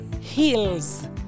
Heels